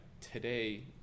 today